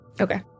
Okay